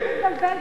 אל תתבלבל.